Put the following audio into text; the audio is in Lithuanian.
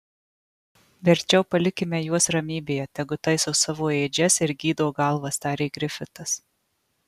verčiau palikime juos ramybėje tegu taiso savo ėdžias ir gydo galvas tarė grifitas